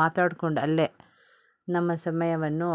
ಮಾತಾಡ್ಕೊಂಡು ಅಲ್ಲೇ ನಮ್ಮ ಸಮಯವನ್ನು